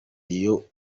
iyoborwa